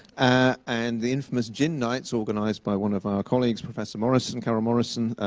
and the infamous gin nights organized by one of our colleagues, professor morrison carole morrison.